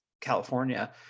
california